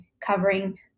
covering